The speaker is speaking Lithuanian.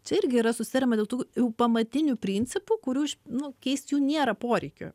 čia irgi yra susitariama dėl tų pamatinių principų kurių nu keist jų nėra poreikio